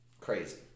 Crazy